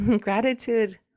Gratitude